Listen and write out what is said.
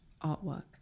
artwork